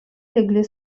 легли